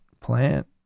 plant